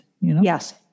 Yes